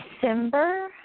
December